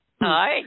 Hi